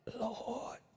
lord